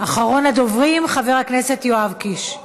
אחרון הדוברים, חבר הכנסת יואב קיש.